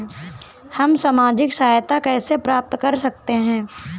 हम सामाजिक सहायता कैसे प्राप्त कर सकते हैं?